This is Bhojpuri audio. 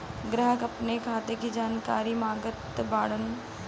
ग्राहक अपने खाते का जानकारी मागत बाणन?